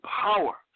power